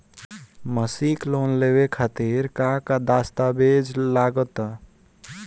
मसीक लोन लेवे खातिर का का दास्तावेज लग ता?